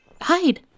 hide